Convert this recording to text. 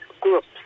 groups